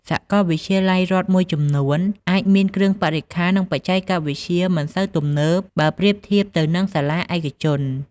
សាកលវិទ្យាល័យរដ្ឋមួយចំនួនអាចមានគ្រឿងបរិក្ខារ និងបច្ចេកវិទ្យាមិនសូវទំនើបបើប្រៀបធៀបទៅនឹងសាលាឯកជន។